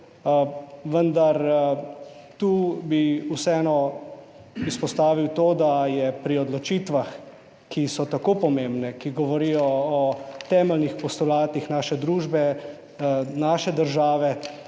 vendar, tu bi vseeno izpostavil to, da je pri odločitvah, ki so tako pomembne, ki govorijo o temeljnih postulatih naše družbe, naše države